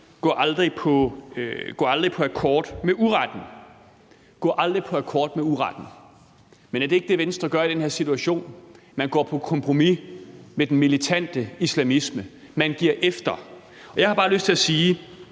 Berg, der jo i sin tid sagde: Gå aldrig på akkord med uretten. Men er det ikke det, Venstre gør i den her situation? Man går på kompromis med den militante islamisme; man giver efter. Og jeg har bare lyst til at sige: